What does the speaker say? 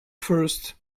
thirst